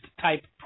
type